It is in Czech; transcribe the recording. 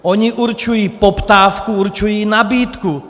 Ony určují poptávku, určují i nabídku.